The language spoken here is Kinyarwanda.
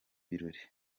birori